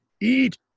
eat